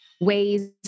ways